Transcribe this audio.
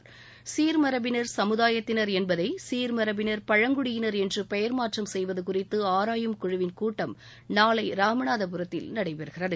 சீர்மரபினர் சமுதாயத்தினர் என்பதை சீர்மரபினர் பழங்குடியினர் என்று பெயர் மாற்றம் செய்வது குறித்து ஆராயும் குழுவிள் கூட்டம் நாளை ராமநாதபுரத்தில் நடைபெறுகிறது